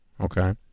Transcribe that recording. Okay